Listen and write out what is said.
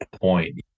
point